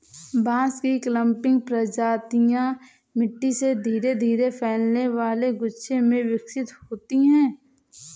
बांस की क्लंपिंग प्रजातियां मिट्टी से धीरे धीरे फैलने वाले गुच्छे में विकसित होती हैं